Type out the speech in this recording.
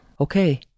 Okay